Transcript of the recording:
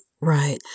right